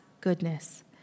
goodness